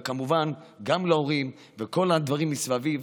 וכמובן גם להורים ולכל הדברים מסביב,